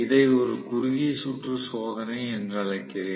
இதை ஒரு குறுகிய சுற்று சோதனை என்று அழைக்கிறேன்